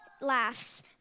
laughs